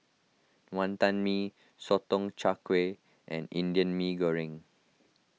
Wantan Mee Sotong Char Kway and Indian Mee Goreng